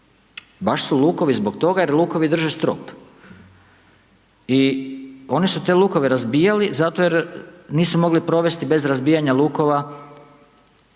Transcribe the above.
Baš su lukovi zbog toga jer lukovi drže strop. I oni su te lukove razbijali zato jer nisu mogli provesti bez razbijanja lukova